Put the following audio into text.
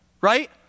right